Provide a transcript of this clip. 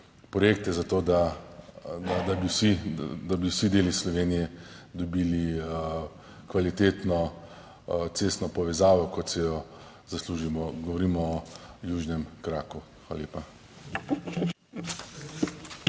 za to, da bi vsi deli Slovenije dobili kvalitetno cestno povezavo kot si jo zaslužimo - govorimo o južnem kraku. Hvala lepa.